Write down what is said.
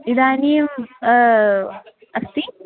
इदानीम् अस्ति